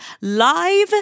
live